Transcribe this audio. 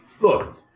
look